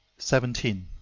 seventeen.